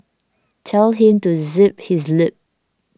tell him to zip his lip